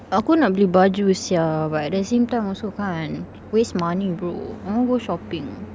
aku nak beli baju sia but at the same time also kan waste money bro I want to go shopping